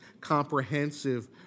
comprehensive